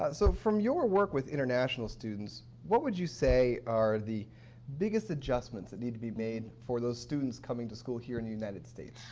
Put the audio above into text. ah so from your work with international students, what would you say are the biggest adjustments that need to be made for those students coming to school here in the united states?